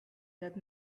that